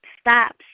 stops